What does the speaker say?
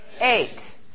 eight